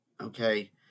Okay